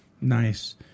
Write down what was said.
nice